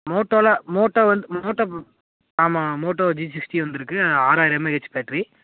மோட்டோவில் Moto வந்து Moto ஆமாம் Moto G sixty வந்துருக்குது ஆறாயிரம் எம்ஏஹெச் பேட்ரி